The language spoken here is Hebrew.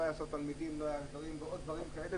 לא היו הסעות תלמידים ועוד דברים כאלה?